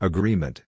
Agreement